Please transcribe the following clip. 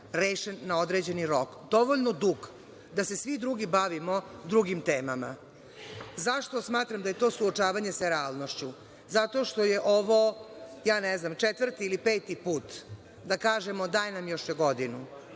rešen na određeni rok dovoljno dug da se svi drugi bavimo drugim temama.Zašto smatram da je to suočavanje sa realnošću? Zato što je ovo, ja ne znam, četvrti ili peti put da kažemo – daj nam još godinu.